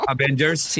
Avengers